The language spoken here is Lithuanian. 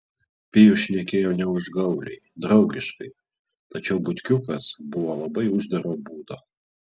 pijus šnekėjo ne užgauliai draugiškai tačiau butkiukas buvo labai uždaro būdo